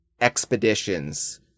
expeditions